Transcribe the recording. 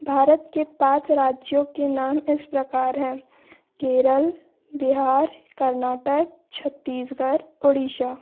भारत के पाँच राज्यों के नाम इस प्रकार हैं केरल बिहार कर्नाटक छत्तीसगढ़ उड़ीसा